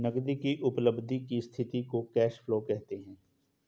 नगदी की उपलब्धि की स्थिति को कैश फ्लो कहते हैं